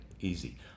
easy